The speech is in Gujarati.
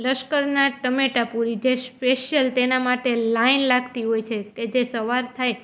લશ્કરના ટમેટાપૂરી જે સ્પેશ્યલ તેના માટે લાઇન લાગતી હોય છે જે સવાર થાય